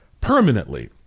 permanently